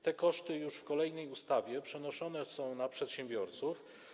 Te koszty już w kolejnej ustawie przenoszone są na przedsiębiorców.